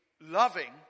loving